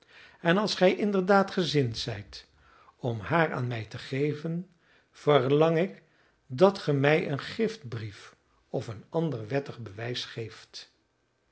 en als gij inderdaad gezind zijt om haar aan mij te geven verlang ik dat ge mij een giftbrief of ander wettig bewijs geeft